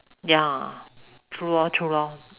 ya true lor true lor